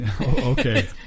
okay